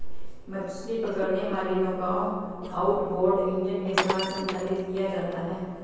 मछली पकड़ने वाली नौकाओं आउटबोर्ड इंजन के साथ संचालित किया जाता है